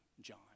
John